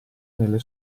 nelle